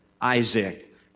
Isaac